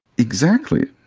exactly.